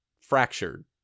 fractured